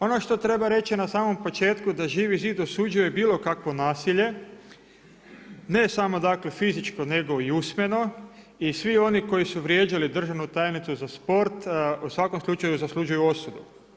Ono što treba reći na samom početku da Živi zid osuđuje bilo kakvo nasilje, ne samo dakle fizičko nego i usmeno i svi oni koji su vrijeđali državnu tajnicu za sport u svakom slučaju zaslužuju osudu.